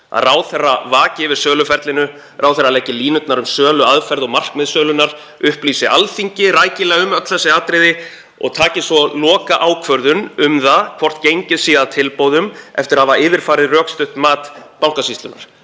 ráðherra vaki yfir söluferlinu, ráðherra leggi línurnar um söluaðferð og markmið sölunnar, upplýsi Alþingi rækilega um öll þessi atriði og taki svo lokaákvörðun um það hvort gengið sé að tilboðum eftir að hafa yfirfarið rökstutt mat Bankasýslunnar.